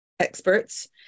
experts